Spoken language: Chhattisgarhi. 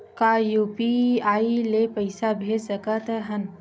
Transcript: का यू.पी.आई ले पईसा भेज सकत हन?